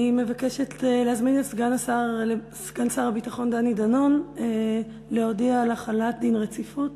אני מבקשת להזמין את סגן שר הביטחון דני דנון להודיע על החלת דין רציפות